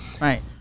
Right